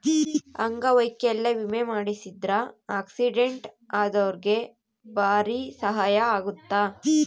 ಅಂಗವೈಕಲ್ಯ ವಿಮೆ ಮಾಡ್ಸಿದ್ರ ಆಕ್ಸಿಡೆಂಟ್ ಅದೊರ್ಗೆ ಬಾರಿ ಸಹಾಯ ಅಗುತ್ತ